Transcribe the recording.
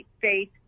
faith